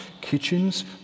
kitchens